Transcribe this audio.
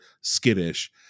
skittish